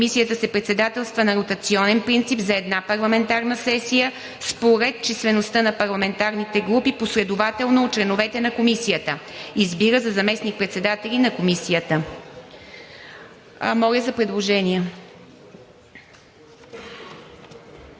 3. Комисията се председателства на ротационен принцип за една парламентарна сесия според числеността на парламентарните групи, последователно от членовете на Комисията. Избира за заместник-председатели на Комисията.“ Моля за предложения.